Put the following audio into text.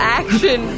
action